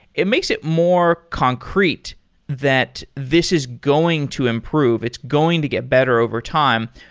it makes it more concrete that this is going to improve. it's going to get better overtime.